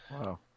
wow